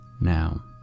Now